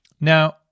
now